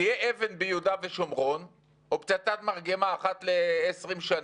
תהיה אבן ביהודה ושומרון או פצצת מרגמה אחת ל-20 שנים,